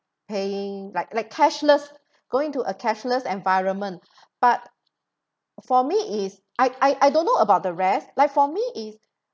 paying like like cashless going to a cashless environment but for me is I I don't know about the rest like for me is